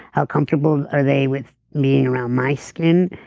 how comfortable are they with being around my skin.